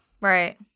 Right